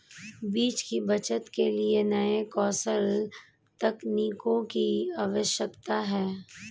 बीज की बचत के लिए नए कौशल तकनीकों की आवश्यकता है